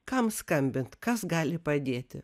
kam skambint kas gali padėti